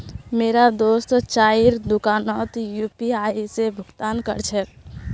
मोर दोस्त चाइर दुकानोत यू.पी.आई स भुक्तान कर छेक